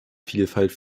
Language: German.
vielfalt